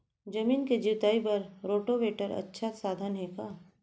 जमीन के जुताई बर रोटोवेटर अच्छा साधन हे का?